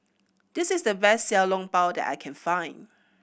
this is the best Xiao Long Bao that I can find